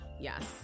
yes